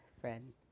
friend